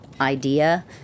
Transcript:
idea